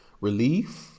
Relief